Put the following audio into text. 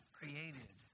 created